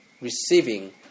receiving